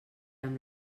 amb